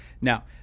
Now